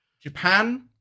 Japan